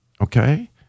okay